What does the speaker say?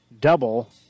double